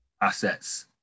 assets